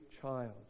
child